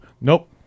Nope